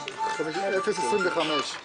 לגבי הדיור הקבוע, יש התקדמות.